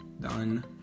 done